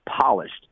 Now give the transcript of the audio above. polished